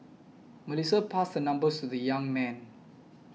Melissa passed her number to the young man